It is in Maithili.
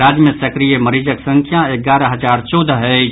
राज्य मे सक्रिय मरीजक संख्या एगारह हजार चौदह अछि